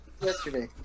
yesterday